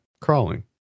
crawling